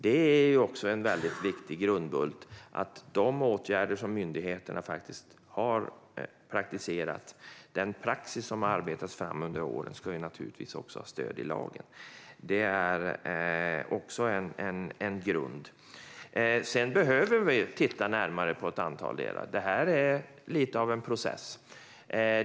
Det är naturligtvis en viktig grundbult att den praxis som har arbetats fram under åren ska ha stöd i lagen. Sedan behöver vi titta närmare på ett antal delar, och det är lite av en process.